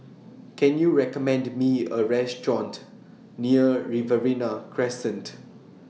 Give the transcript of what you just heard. Can YOU recommend Me A Restaurant near Riverina Crescent